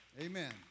Amen